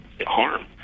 harm